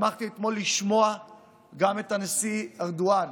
שמחתי אתמול לשמוע גם את הנשיא ארדואן,